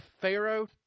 Pharaoh